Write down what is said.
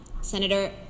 Senator